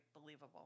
believable